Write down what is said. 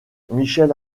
michel